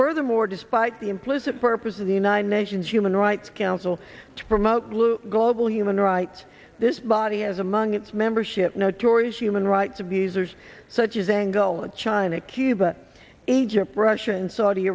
furthermore despite the implicit purpose of the united nations human rights council to promote loose global human rights this body has among its membership notorious human rights abusers such as angola china cuba egypt russia and saudi